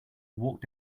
walked